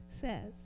says